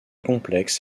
complexe